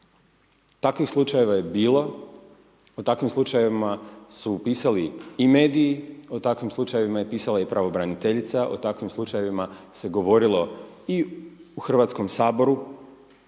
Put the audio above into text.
Takvih slučajeva je i bilo, o takvim slučajevima su pisali i mediji, o takvim slučajevima je pisala i pravobraniteljica, o takvim slučajevima se govorilo i u HS-u i mislim